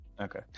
Okay